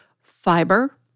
fiber